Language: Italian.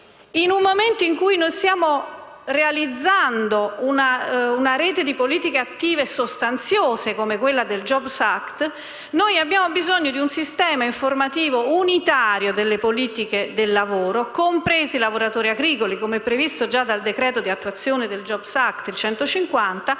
In un momento in cui noi stiamo realizzando una rete di politiche attive sostanziose, come quella prevista dal *jobs act*, noi abbiamo bisogno di un sistema informativo unitario delle politiche del lavoro, che comprenda anche i lavoratori agricoli (come è già previsto dal decreto di attuazione del *jobs act*